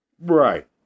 Right